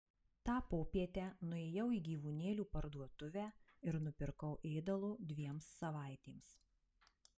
tą popietę nuėjau į gyvūnėlių parduotuvę ir nupirkau ėdalo dviem savaitėms